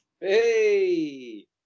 Hey